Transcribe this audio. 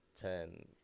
ten